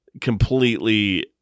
completely